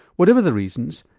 whatever the reasons,